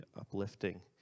uplifting